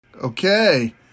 okay